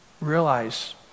realize